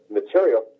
material